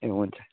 ए हुन्छ